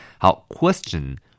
好,Question